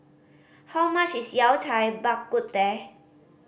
how much is Yao Cai Bak Kut Teh